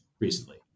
recently